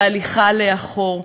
בהליכה לאחור.